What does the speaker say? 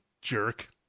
jerk